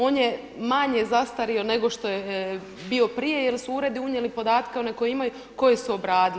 On je manje zastario nego što je bio prije, jer su uredi unijeli podatke one koje imaju, koje su obradili.